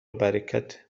برکته